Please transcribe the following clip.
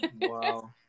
Wow